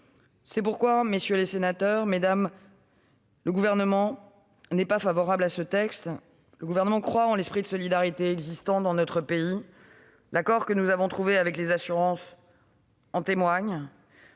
C'est pourquoi, mesdames, messieurs les sénateurs, le Gouvernement n'est pas favorable à ce texte. Nous croyons en l'esprit de solidarité existant dans notre pays. L'accord que nous avons trouvé avec les assureurs en témoigne,